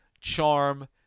charm